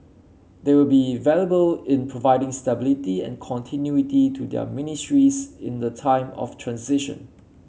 they will be valuable in providing stability and continuity to their ministries in the time of transition